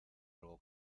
algo